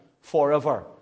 forever